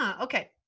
Okay